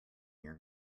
your